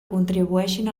contribueixen